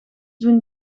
doen